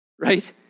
right